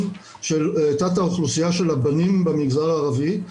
של תת האוכלוסייה של הבנים במגזר הערבי.